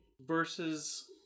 versus